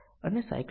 હવે B વિશે શું